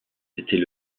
c’était